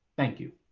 thank you.